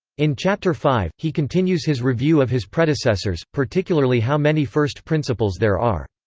in chapter five, he continues his review of his predecessors, particularly how many first principles there are.